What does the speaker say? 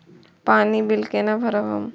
पानी बील केना भरब हम?